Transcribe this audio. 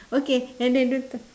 okay and then don't